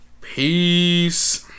Peace